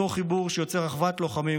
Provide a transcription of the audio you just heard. אותו חיבור שיוצר אחוות לוחמים,